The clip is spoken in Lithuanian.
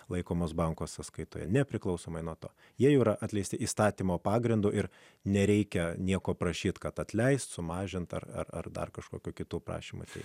laikomas banko sąskaitoje nepriklausomai nuo to jie yra atleisti įstatymo pagrindu ir nereikia nieko prašyti kad atleisti sumažinti ar dar kažkokių kitų prašymąsi